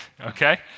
okay